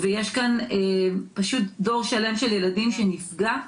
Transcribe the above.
ויש כאן פשוט דור שלם של ילדים שנפגע.